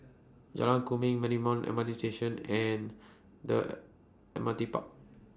Jalan Kemuning Marymount M R T Station and The M R T Park